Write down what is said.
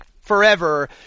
forever